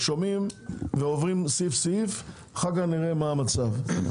2023. אפשר להסביר?